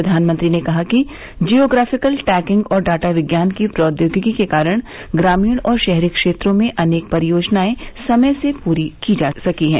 प्रधानमंत्री ने कहा कि जियोग्राफिकल टैगिंग और डाटा विज्ञान की प्रौद्योगिकी के कारण ग्रामीण और शहरी क्षेत्रोमें अनेक परियोजनाएं समय से पूरी की जा सकी हैं